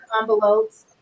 envelopes